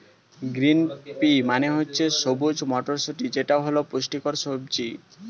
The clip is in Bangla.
গ্রিন পি মানে হচ্ছে সবুজ মটরশুঁটি যেটা হল পুষ্টিকর সবজি